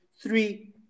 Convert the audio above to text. three